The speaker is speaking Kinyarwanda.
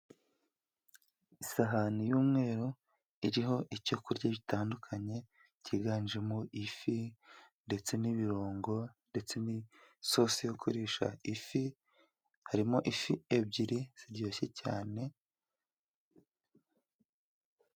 Isahani y'umweru iriho ibyo kurya bitandukanye byiganjemo ifi ndetse n'ibirungo, ndetse n'isosi yo kurisha ifi. Harimo ifi ebyiri ziryoshye cyane.